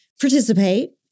participate